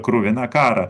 kruviną karą